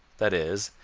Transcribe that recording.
that is,